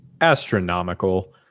astronomical